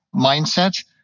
mindset